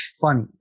funny